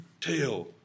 tell